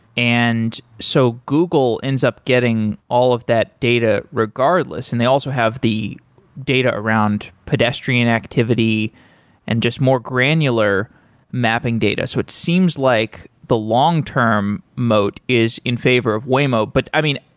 and so google ends up get all of that data regardless. and they also have the data around pedestrian activity and just more granular mapping data. so it seems like the long-term moat is in favor of waymo. but i mean,